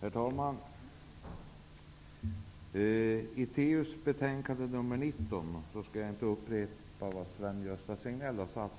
Herr talman! I debatten om trafikutskottets betänkande nr 19 skall jag inte upprepa vad Sven Gösta Signell har sagt